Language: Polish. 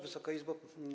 Wysoka Izbo!